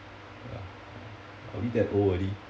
ya are we that old already